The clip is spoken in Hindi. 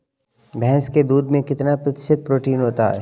भैंस के दूध में कितना प्रतिशत प्रोटीन होता है?